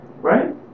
Right